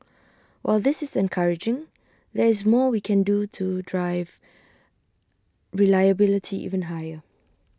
while this is encouraging there is more we can do to drive reliability even higher